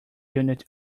unit